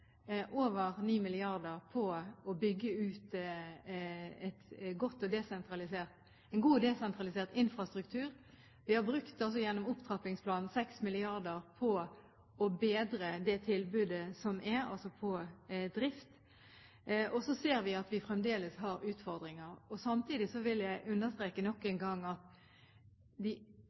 over 9 mrd. kr på å bygge ut en god og desentralisert infrastruktur. Vi har gjennom opptrappingsplanen brukt 6 mrd. kr på å bedre det tilbudet som er på drift. Så ser vi at vi fremdeles har utfordringer. Samtidig vil jeg understreke nok en gang at